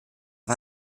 war